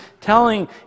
telling